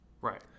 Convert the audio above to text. Right